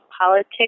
politics